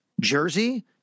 Jersey